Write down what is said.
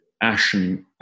ashen